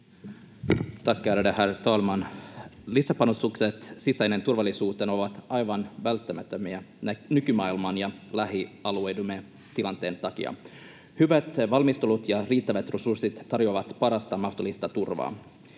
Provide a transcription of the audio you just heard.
ärade herr talman! Lisäpanostukset sisäiseen turvallisuuteen ovat aivan välttämättömiä nykymaailman ja lähialueidemme tilanteen takia. Hyvät valmistelut ja riittävät resurssit tarjoavat parasta mahdollista turvaa.